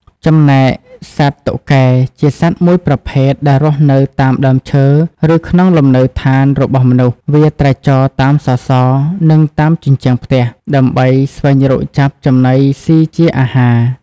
ចំណែកសត្វតុកកែ ជាសត្វមួយប្រភេទ ដែលរស់នៅតាមដើមឈើឬក្នុងលំនៅឋានរបស់មនុស្ស វាត្រាច់ចរតាមសសរ និងតាមជញ្ចាំងផ្ទះ ដើម្បីស្វែងរកចាប់ចំណីស៊ីជាអាហារ។